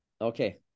okay